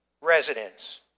residents